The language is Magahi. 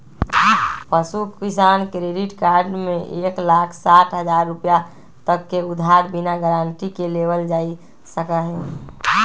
पशु किसान क्रेडिट कार्ड में एक लाख साठ हजार रुपए तक के उधार बिना गारंटी के लेबल जा सका हई